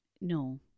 No